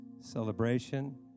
Celebration